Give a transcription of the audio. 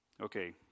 Okay